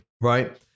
right